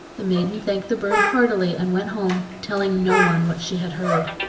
the maiden thanked the bird heartily and went home, telling no one what she had heard.